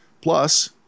plus